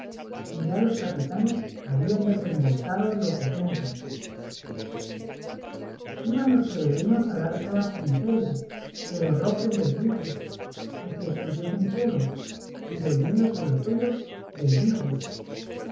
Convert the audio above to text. y ya los capitanes habían desembolsado los sesenta iban los peregrinos a dar toda su miseria pero roque les dijo que se estuviesen quedos y volviéndose a los suyos les dijo